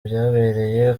byabereye